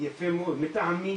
לטעמי